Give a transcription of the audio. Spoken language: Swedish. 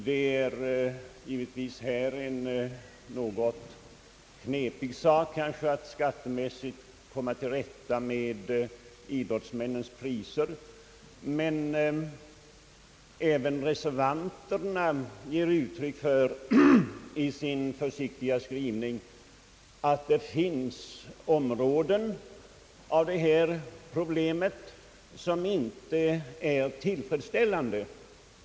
Det är givetvis en något knepig sak att skattemässigt komma till rätta med frågan om idrottsmännens priser, men även reservanterna ger i sin försiktiga skrivning uttryck åt att det finns områden av detta problem, som inte är tillfredsställande.